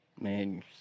Man